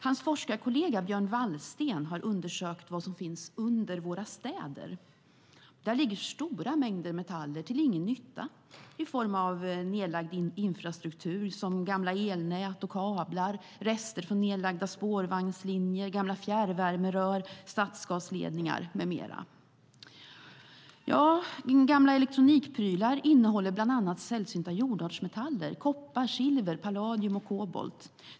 Hans forskarkollega Björn Wallsten har undersökt vad som finns under våra städer. Där ligger stora mängder metaller till ingen nytta i form av nedlagd infrastruktur, såsom gamla elnät och kablar, rester från nedlagda spårvagnslinjer, gamla fjärrvärmerör, stadsgasledningar med mera. Gamla elektronikprylar innehåller bland annat sällsynta jordartsmetaller, såsom koppar, silver, palladium och kobolt.